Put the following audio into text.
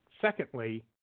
Secondly